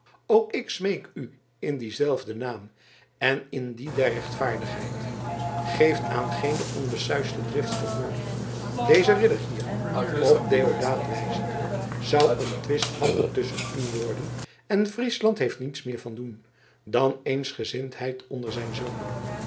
ik smeek u in dien zelfden naam en in dien der rechtvaardigheid geeft aan geene onbesuisde drift gehoor deze ridder hier op deodaat wijzende zou een twistappel tusschen u worden en friesland heeft niets meer van doen dan eensgezindheid onder zijn zonen